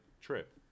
trip